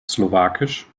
slowakisch